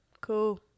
cool